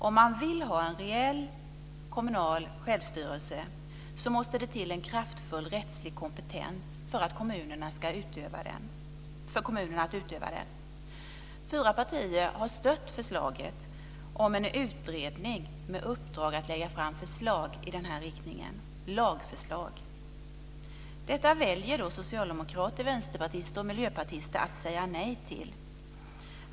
Om man vill ha en reell kommunal självstyrelse måste det till en kraftfull rättslig kompetens för kommunerna att utöva den. Fyra partier har stött förslaget om en utredning med uppdrag att lägga fram lagförslag i den riktningen. Detta väljer socialdemokrater, vänsterpartister och miljöpartister att säga nej till.